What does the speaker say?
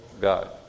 God